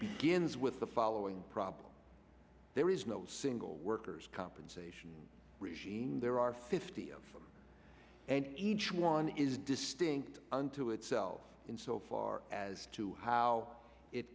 begins with the following problem there is no single worker's compensation regime there are fifty of them and each one is distinct unto itself in so far as to how it